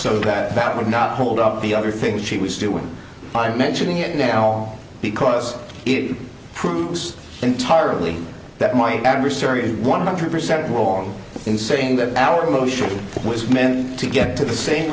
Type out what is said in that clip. so that that would not hold up the other things she was doing i'm mentioning it now because it proves entirely that my adversary is one hundred percent wrong in saying that our motion was meant to get to the same